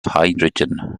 hydrogen